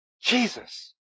Jesus